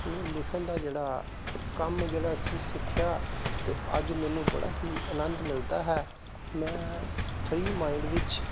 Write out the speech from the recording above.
ਨੂੰ ਲਿਖਣ ਦਾ ਜਿਹੜਾ ਕੰਮ ਜਿਹੜਾ ਸੀ ਸਿੱਖਿਆ ਅਤੇ ਅੱਜ ਮੈਨੂੰ ਬੜਾ ਹੀ ਆਨੰਦ ਮਿਲਦਾ ਹੈ ਮੈਂ ਫਰੀ ਮਾਇੰਡ ਵਿੱਚ